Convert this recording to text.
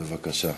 בבקשה.